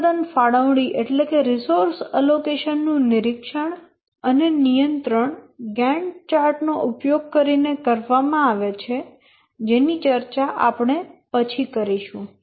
સ્રોત ફાળવણી નું નિરીક્ષણ અને નિયંત્રણ ગેન્ટ ચાર્ટ નો ઉપયોગ કરીને કરવામાં આવે છે જેની ચર્ચા આપણે પછી કરીશું